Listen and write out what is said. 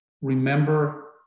remember